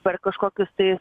per kažkokius tai